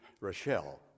Rochelle